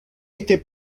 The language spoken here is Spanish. este